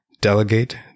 delegate